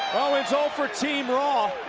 owens all for team raw,